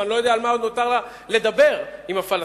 אני לא יודע על מה עוד נותר לה לדבר עם הפלסטינים,